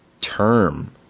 term